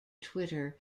twitter